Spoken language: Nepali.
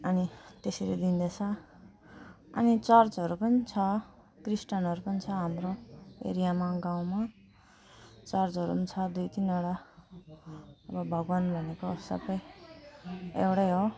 अनि त्यसरी दिँदैछ अनि चर्चहरू पनि छ क्रिस्चियनहरू पनि छ हाम्रो एरियामा गाउँमा चर्चहरू पनि छ दुई तिनवटा अनि भगवान् भनेको सबै एउटै हो